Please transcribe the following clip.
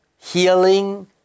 healing